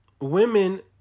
women